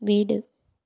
வீடு